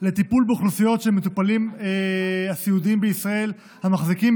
לטיפול באוכלוסיות של המטופלים הסיעודיים בישראל המחזיקים